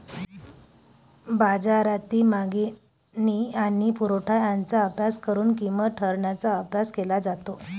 बाजारातील मागणी आणि पुरवठा यांचा अभ्यास करून किंमत ठरवण्याचा अभ्यास केला जातो